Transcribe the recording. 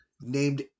named